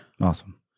Awesome